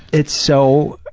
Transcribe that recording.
it's so